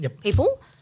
people